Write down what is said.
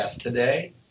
today